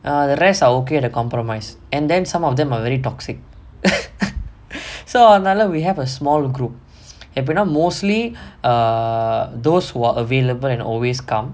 err the rest are okay to compromise and then some of them are very toxic so another we have a small group எப்டினா:epdinaa mostly err those who are available and always come